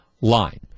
line